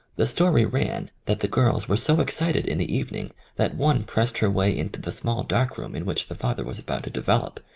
the story ran that the girls were so excited in the evening that one pressed her way into the small dark-room in which the father was about to develop,